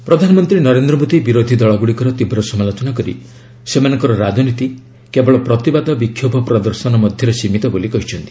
PM ପ୍ରଧାନମନ୍ତ୍ରୀ ନରେନ୍ଦ୍ର ମୋଦୀ ବିରୋଧୀ ଦଳଗୁଡ଼ିକର ତୀବ୍ର ସମାଲୋଚନା କରି ସେମାନଙ୍କର ରାଜନୀତି କେବଳ ପ୍ରତିବାଦ ବିକ୍ଷୋଭ ପ୍ରଦର୍ଶନ ମଧ୍ୟରେ ସୀମିତ ବୋଲି କହିଛନ୍ତି